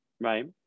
right